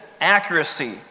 accuracy